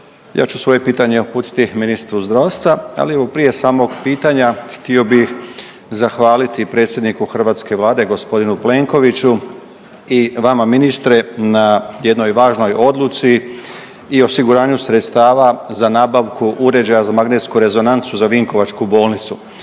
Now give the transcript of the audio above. Ja ću svoje pitanje uputiti ministru zdravstva, ali, evo, prije samog pitanja, htio bih zahvaliti predsjedniku hrvatske Vlade g. Plenkoviću i vama, ministre, na jednoj važnoj odluci i osiguranju sredstava za nabavku uređaja za magnetsku rezonancu za vinkovačku bolnicu.